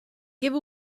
give